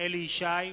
אליהו ישי,